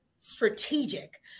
strategic